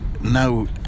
no